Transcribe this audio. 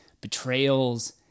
betrayals